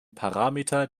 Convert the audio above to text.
parameter